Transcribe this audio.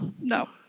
No